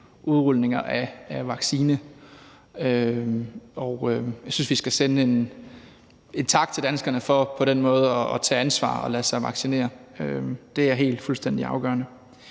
udrulninger af vacciner. Jeg synes, vi skal sende en tak til danskerne for på den måde at tage ansvar og lade sig vaccinere. Det er fuldstændig afgørende.